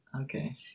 Okay